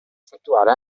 effettuare